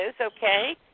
okay